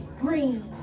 Green